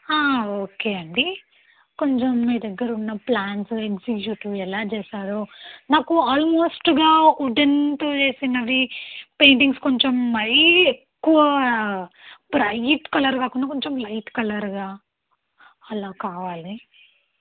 okay అండి కొంచం మీ దగ్గర ఉన్న ప్లాన్స్ ఏక్సిక్యూటివ్ ఎలా చేసారో నాకు ఆల్మోస్ట్గా వుడెన్తో చేసినవి పెయింటింగ్స్ కొంచం మరీ ఎక్కువా బ్రైట్ కలర్ కాకుండా కొంచం లైట్ కలర్గా అలా కావాలి